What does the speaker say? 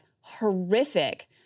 horrific